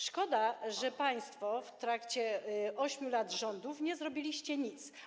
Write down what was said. Szkoda, że państwo w trakcie 8 lat rządów nie zrobiliście nic.